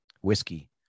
whiskey